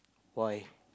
why